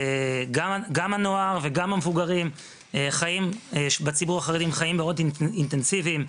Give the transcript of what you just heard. גם הנוער וגם המבוגרים בציבור החרדי הם חיים מאוד אינטנסיביים,